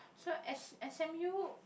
so S S_M_U